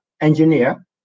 engineer